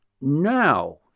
now